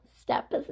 Step